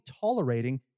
tolerating